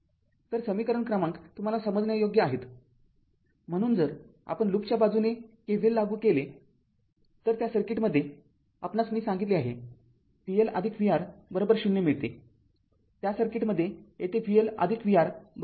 तर समीकरण क्रमांक तुम्हाला समजण्यायोग्य आहेतम्हणून जर आपण लूपच्या बाजूने KVL लागू केले तर त्या सर्किटमध्ये आपणास मी सांगितले आहे vLvR ० मिळतेत्या सर्किटमध्ये येथे vL vR ० आहे